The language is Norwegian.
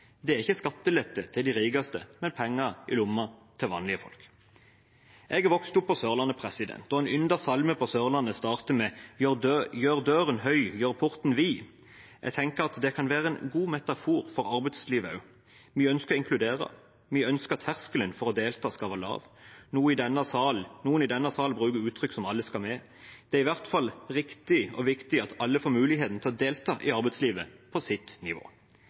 Det er ikke skattelette til de rikeste, men penger i lomma til vanlige folk. Jeg er vokst opp på Sørlandet, og en yndet salme på Sørlandet starter med «Gjør døren høy, gjør porten vid». Jeg tenker at det kan være en god metafor for arbeidslivet også. Vi ønsker å inkludere, vi ønsker at terskelen for å delta skal være lav. Noen i denne sal bruker uttrykk som «alle skal med». Det er i hvert fall riktig og viktig at alle får muligheten til å delta i arbeidslivet på sitt nivå.